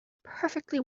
perfectly